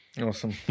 Awesome